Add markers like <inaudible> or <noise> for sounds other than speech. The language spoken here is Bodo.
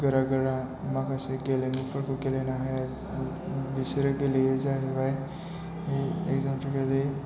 गोरा गोरा माखासे गेलेमुफोरखौ गेलेनो हाया बिसोरो गेलेयो जाहैबाय <unintelligible>